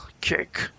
kick